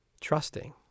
trusting